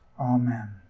amen